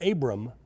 Abram